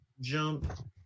jump